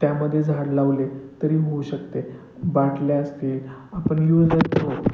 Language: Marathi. त्यामध्ये झाड लावले तरी होऊ शकते बाटल्या असतील आपण यूज